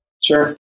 Sure